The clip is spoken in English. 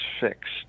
fixed